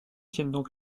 tiennent